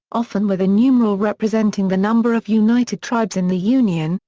often with a numeral representing the number of united tribes in the union,